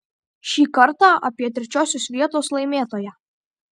šį kartą apie trečiosios vietos laimėtoją